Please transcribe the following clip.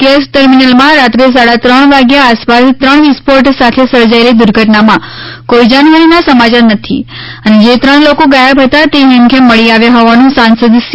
gas ટેર્મિનલમાં રાત્રે સાડા ત્રણ વાગ્યા આસપાસ ત્રણ વિસ્ફોટ સાથે સર્જાયેલી દુર્ઘટનામાં કોઈ જાનહાનિના સમાચાર નથી અને જે ત્રણ લોકો ગાયબ હતા તે હેમખેમ મળી આવ્યા હોવાનું સાંસદ સી